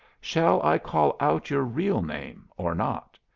shall i call out your real name or not?